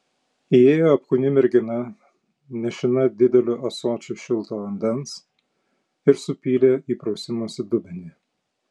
įėjo apkūni mergina nešina dideliu ąsočiu šilto vandens ir supylė į prausimosi dubenį